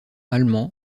allemands